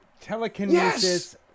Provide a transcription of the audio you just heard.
telekinesis